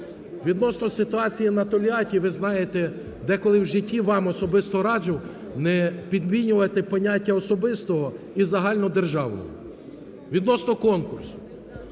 відносно ситуації на Тольяті, ви знаєте, деколи в житті, вам особисто раджу, не підмінювати поняття особистого і загальнодержавного. Відносно конкурсу,